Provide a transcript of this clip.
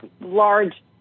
large